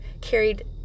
carried